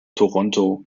toronto